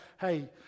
hey